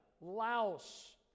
Laos